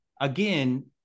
Again